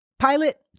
Pilot